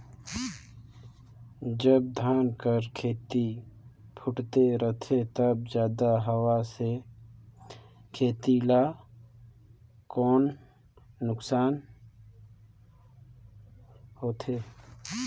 जब धान कर खेती फुटथे रहथे तब जादा हवा से खेती ला कौन नुकसान होथे?